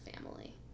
family